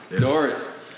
Doris